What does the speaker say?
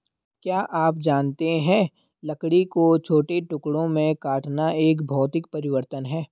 क्या आप जानते है लकड़ी को छोटे टुकड़ों में काटना एक भौतिक परिवर्तन है?